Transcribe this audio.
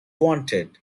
wanted